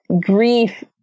grief